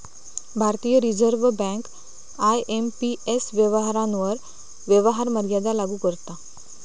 भारतीय Reserve Bank IMPS व्यवहारांवर व्यवहार मर्यादा लागू करता